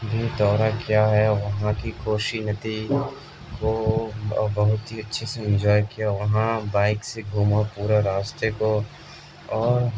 بھی دورہ کیا ہے وہاں کی کوسی ندی کو بہت ہی اچھے سے انجوائے کیا وہاں بائک سے گھوما پورا راستے کو اور